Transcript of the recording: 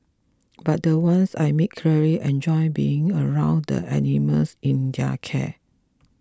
but the ones I meet clearly enjoy being around the animals in their care